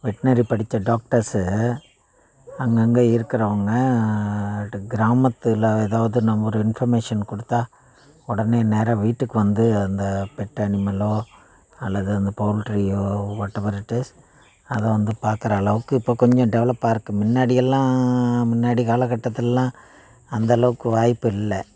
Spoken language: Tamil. வெட்னரி படித்த டாக்டர்ஸு அங்கங்கே இருக்கிறவுங்க ஆடு கிராமத்தில் ஏதாவது நம்ம ஒரு இன்ஃபர்மேஷன் கொடுத்தா உடனே நேராக வீட்டுக்கு வந்து அந்த பெட் அனிமலோ அல்லது அந்த பௌல்ட்ரியோ வாட் எவர் இட் இஸ் அதை வந்து பார்க்கற அளவுக்கு இப்போ கொஞ்சம் டெவலப்பாகிருக்கு முன்னாடியெல்லாம் முன்னாடி காலகட்டத்துலெல்லாம் அந்தளவுக்கு வாய்ப்பில்லை